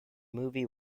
movie